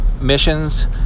missions